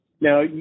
Now